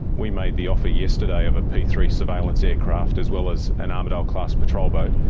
we made the offer yesterday of a p three surveillance aircraft, as well as an armidale-class patrol boat.